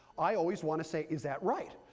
i always want to say, is that right?